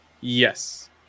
Yes